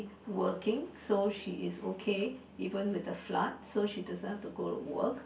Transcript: working so she is okay even with the flood so she doesn't have to go to work